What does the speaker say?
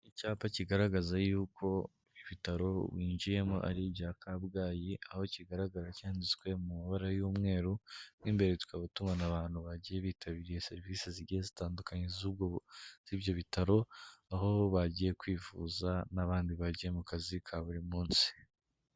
Icyapa kigaragaza yuko ibitaro winjiyemo ari ibya kabgayi, aho kigaragara cyanditswe mu ibara ry'umweru, n'imbere tukaba tubona abantu bagiye bitabiriye serivisi zigiye zitandukanye z'ibyo bitaro, aho bagiye kwivuza n'abandi bagiye mu kazi kabo kaburi munsi.